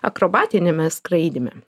akrobatiniame skraidyme